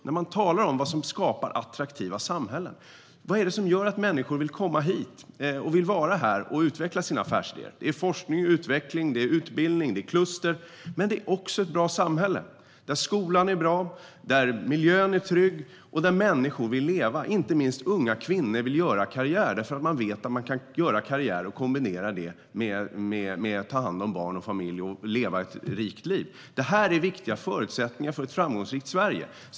När man talar om vad som skapar attraktiva samhällen - vad är det som gör att människor vill komma hit, vill vara här och vill utveckla sina affärsidéer? Det handlar om forskning, utveckling, utbildning och kluster, men det är också ett bra samhälle, där skolan är bra, där miljön är trygg och där människor vill leva. Inte minst unga kvinnor vill göra karriär här, för de vet att de kan kombinera karriär med att ta hand om barn och familj och leva ett rikt liv. Detta är viktiga förutsättningar för ett framgångsrikt Sverige.